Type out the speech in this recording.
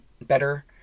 better